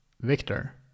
victor